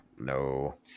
No